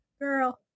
Girl